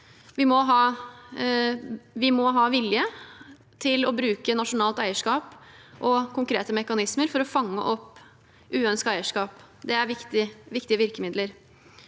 Vi må ha vilje til å bruke nasjonalt eierskap og konkrete mekanismer for å fange opp uønsket eierskap. Det er viktige virkemidler.